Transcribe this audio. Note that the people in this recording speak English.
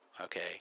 Okay